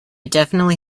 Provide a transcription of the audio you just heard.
definitely